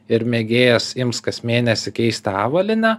ir mėgėjas ims kas mėnesį keist avalynę